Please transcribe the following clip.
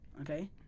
okay